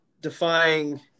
defying